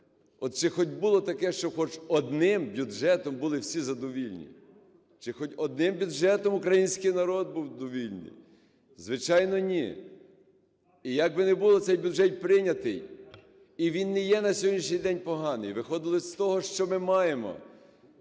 от чи хоч було таке, щоби хоч одним бюджетом були всі задовільні, чи хоч одним бюджетом український народ бувдовольний? Звичайно, ні. І як би не був цей бюджет прийняти, і він не є на сьогоднішній день поганий, виходили з того, що ми маємо.